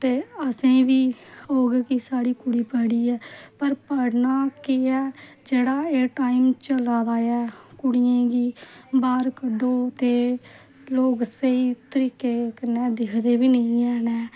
ते असैं गी बी होर कि साढ़ी कुड़ी पढ़ी ऐ पर पढ़ना केह् ऐ जेह्डा एह् टाइम चला दा ऐ कुड़ियां गी बाह्र कड्ढो ते लोक स्हेई तरिके कन्नै दिखदे बी नीं हैन